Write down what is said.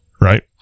Right